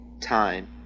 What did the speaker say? time